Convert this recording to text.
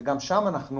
וגם שם אנחנו